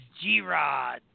G-Rod